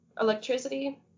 electricity